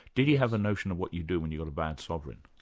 did he have a notion of what you do when you've got a bad sovereign?